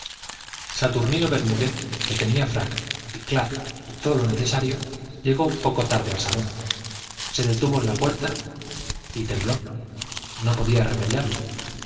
saturnino bermúdez que tenía frac y clac y todo lo necesario llegó un poco tarde al salón se detuvo en una puerta y tembló no podía remediarlo